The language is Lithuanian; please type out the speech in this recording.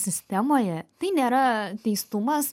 sistemoje tai nėra teistumas